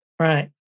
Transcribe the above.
Right